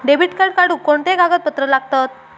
Debit card काढुक कोणते कागदपत्र लागतत?